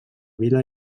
vila